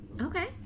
Okay